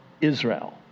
Israel